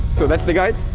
so, that's the guide.